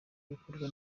gukorwa